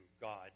God